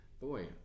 boy